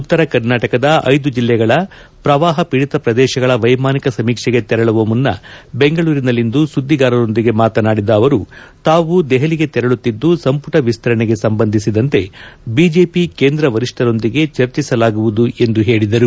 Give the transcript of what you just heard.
ಉತ್ತರ ಕರ್ನಾಟಕದ ಐದು ಜಿಲ್ಲೆಗಳ ಪ್ರವಾಹ ಪೀಡಿತ ಪ್ರದೇಶಗಳ ವೈಮಾನಿಕ ಸಮೀಕ್ಷೆಗೆ ತೆರಳುವ ಮುನ್ನ ಬೆಂಗಳೂರಿನಲ್ಲಿಂದು ಸುದ್ದಿಗಾರರೊಂದಿಗೆ ಮಾತನಾಡಿದ ಅವರು ತಾವು ದೆಹಲಿಗೆ ತೆರಳುತ್ತಿದ್ದು ಸಂಪುಟ ವಿಸ್ತರಣೆಗೆ ಸಂಬಂಧಿಸಿದಂತೆ ಬಿಜೆಪಿ ಕೇಂದ್ರ ವರಿಷ್ನರೊಂದಿಗೆ ಚರ್ಚಿಸಲಾಗುವುದು ಎಂದು ಹೇಳಿದರು